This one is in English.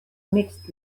mixed